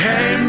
Hey